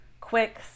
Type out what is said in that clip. quick